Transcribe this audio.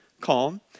calm